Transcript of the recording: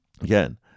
again